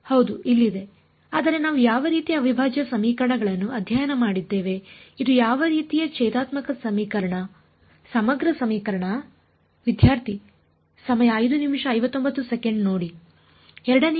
ಹೌದು ಇಲ್ಲಿದೆ ಆದರೆ ನಾವು ಯಾವ ರೀತಿಯ ಅವಿಭಾಜ್ಯ ಸಮೀಕರಣಗಳನ್ನು ಅಧ್ಯಯನ ಮಾಡಿದ್ದೇವೆ ಇದು ಯಾವ ರೀತಿಯ ಭೇದಾತ್ಮಕ ಸಮೀಕರಣ ಸಮಗ್ರ ಸಮೀಕರಣ